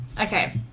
okay